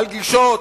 על גישות,